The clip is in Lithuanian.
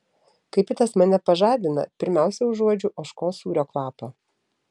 kai pitas mane pažadina pirmiausia užuodžiu ožkos sūrio kvapą